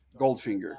Goldfinger